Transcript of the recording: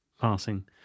passing